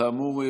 כאמור,